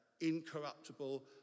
incorruptible